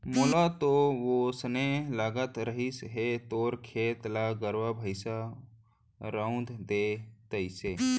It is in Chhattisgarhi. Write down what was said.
मोला तो वोसने लगत रहिस हे तोर खेत ल गरुवा भइंसा रउंद दे तइसे